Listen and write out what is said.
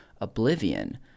Oblivion